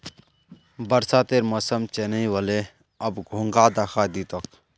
बरसातेर मौसम चनइ व ले, अब घोंघा दखा दी तोक